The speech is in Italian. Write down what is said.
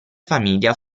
famiglia